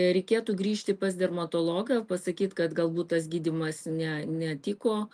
reikėtų grįžti pas dermatologą pasakyt kad galbūt tas gydymas ne netiko